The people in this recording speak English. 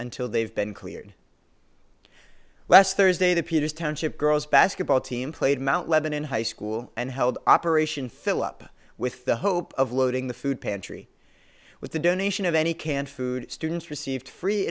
until they've been cleared last thursday the peters township girls basketball team played mount lebanon high school and held operation fill up with the hope of loading the food pantry with the donation of any canned food students received free